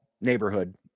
neighborhood